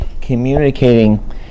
communicating